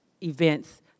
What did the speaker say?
events